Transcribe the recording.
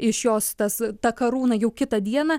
iš jos tas ta karūna jau kitą dieną